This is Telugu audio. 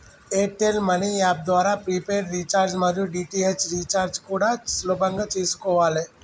ఎయిర్ టెల్ మనీ యాప్ ద్వారా ప్రీపెయిడ్ రీచార్జి మరియు డీ.టి.హెచ్ రీచార్జి కూడా సులభంగా చేసుకోవాలే